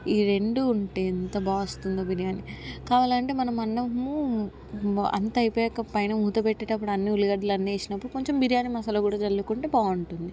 ఈ రెండు ఉంటే ఎంత బాగొస్తుందో బిర్యానీ కావాలంటే మనం అన్నము అంతా అయిపోయాక పైన మూత పెట్టేటప్పుడు అన్నీ ఉల్లిగడ్డలన్నీ వేసినప్పుడు కొంచెం బిర్యానీ మసాలా కూడా చల్లుకుంటే బాగుంటుంది